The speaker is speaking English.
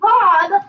Bob